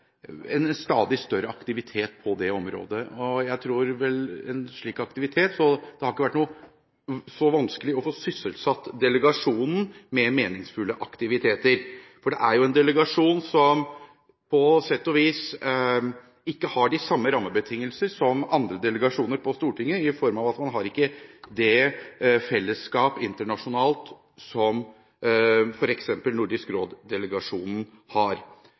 en stadig større aktivitet på det området, så det har ikke vært så vanskelig å få sysselsatt delegasjonen med meningsfulle aktiviteter. For dette er jo en delegasjon som på sett og vis ikke har de samme rammebetingelser som andre delegasjoner på Stortinget i form av at man ikke har det fellesskapet internasjonalt som f.eks. Nordisk råd-delegasjonen har.